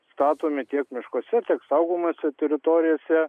statomi tiek miškuose saugomose teritorijose